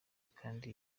kandi